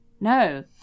No